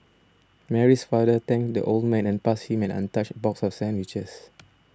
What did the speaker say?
Mary's father thanked the old man and passed him an untouched box of sandwiches